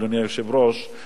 אדוני היושב-ראש,